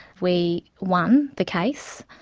we won the case.